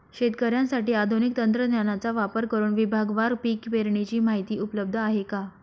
शेतकऱ्यांसाठी आधुनिक तंत्रज्ञानाचा वापर करुन विभागवार पीक पेरणीची माहिती उपलब्ध आहे का?